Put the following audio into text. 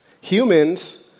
Humans